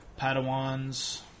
Padawans